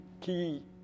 key